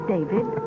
David